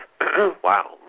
wow